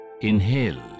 inhale